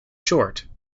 short